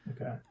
Okay